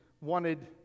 wanted